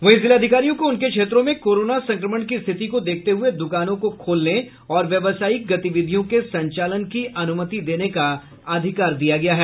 वहीं जिलाधिकारियों को उनके क्षेत्रों में कोरोना संक्रमण की स्थिति को देखते हुए दुकानों को खोलने और व्यवसायिक गतिविधियों को संचालन की अनुमति देने का अधिकार दिया गया है